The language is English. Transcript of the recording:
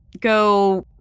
go